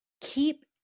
keep